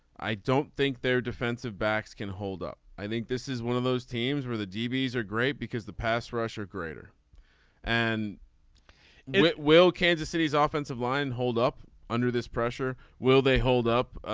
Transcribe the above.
i don't think their defensive backs can hold up. i think this is one of those teams where the dbs are great because the pass rusher greater and it will kansas city's offensive line hold up under this pressure. will they hold up.